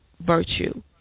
virtue